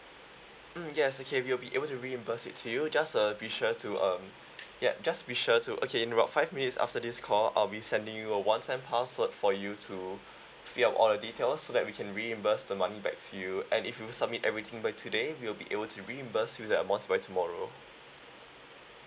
mm yes okay we'll be able to reimburse it to you just uh be sure to um yup just be sure to okay in about five minutes after this call I'll be sending you a one-time password for you to fill up all the details so that we can reimburse the money back to you and if you submit everything by today we'll be able to reimburse you the amount by tomorrow